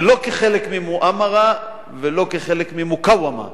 שלא כחלק מ"מועמרה" ולא כחלק מ"מוקאוומה".